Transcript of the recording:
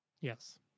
Yes